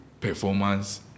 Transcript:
performance